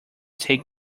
take